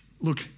look